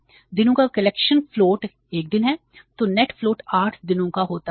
तो net float 8 दिनों का होता है